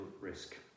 risk